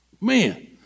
man